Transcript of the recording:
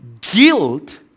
guilt